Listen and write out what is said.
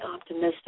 optimistic